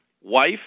wife